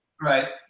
Right